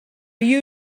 you